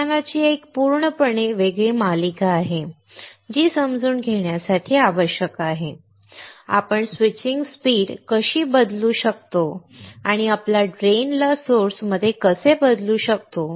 व्याख्यानांची एक पूर्णपणे वेगळी मालिका आहे जी समजून घेण्यासाठी आवश्यक आहे आपण स्विचिंग स्पीड कशी बदलू शकतो आणि आपण ड्रेन ला सोर्स मध्ये कसे बदलू शकतो